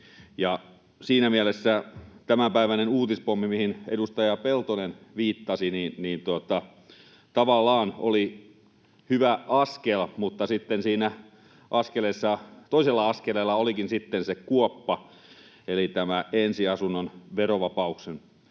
Siinä mielessä tämänpäiväinen uutispommi, mihin edustaja Peltonen viittasi, tavallaan oli hyvä askel, mutta toisella askeleella olikin sitten se kuoppa eli ensiasunnon verovapauden poistaminen.